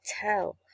tell